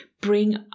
bring